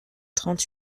trente